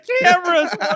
cameras